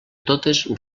totes